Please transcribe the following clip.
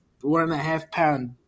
one-and-a-half-pound